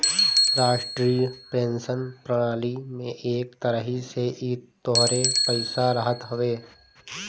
राष्ट्रीय पेंशन प्रणाली में एक तरही से इ तोहरे पईसा रहत हवे